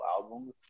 albums